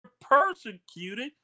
persecuted